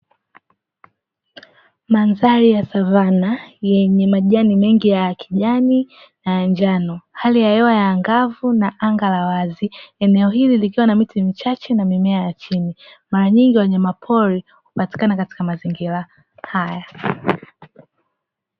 Mandhari ya savana yenye majani mengi ya kijani na njano, hali ya hewa ya angavu na anga la wazi. Eneo hili likiwa na miti michache na mimea ya chini. Mara nyingi wanyama pori hupatikana katika mazingira haya.